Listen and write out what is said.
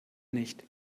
nicht